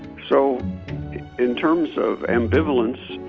so in terms of ambivalence,